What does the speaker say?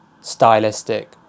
stylistic